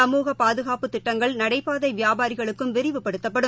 சமூக பாதுகாப்புத்திட்டங்கள் நடைபாதை வியாபாரிகளுக்கும் விரிவுபடுத்தப்படும்